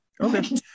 Okay